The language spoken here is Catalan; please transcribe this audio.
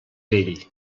vell